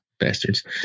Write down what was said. bastards